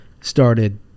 started